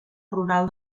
rural